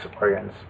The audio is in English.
organs